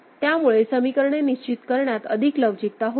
त्यामुळे समीकरणे निश्चित करण्यात अधिक लवचिकता होती